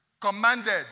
commanded